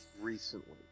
recently